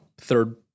third